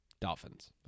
Dolphins